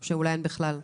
או שאולי אין בכלל.